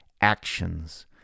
actions